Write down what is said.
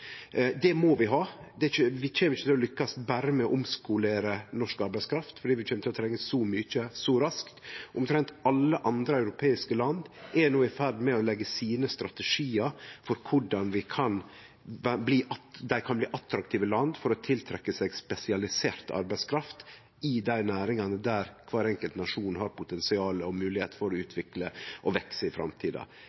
Det må vi ha. Vi kjem ikkje til å lykkast med berre å omskolere norsk arbeidskraft, for vi kjem til å trenge så mykje så raskt. Omtrent alle andre europeiske land er no i ferd med å leggje strategiar for korleis dei kan bli attraktive land for å tiltrekkje seg spesialisert arbeidskraft i dei næringane der kvar enkelt nasjon har potensial og moglegheit for å